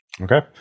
okay